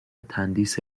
تندیس